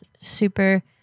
super